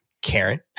Karen